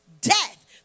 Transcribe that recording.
Death